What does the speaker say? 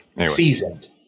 seasoned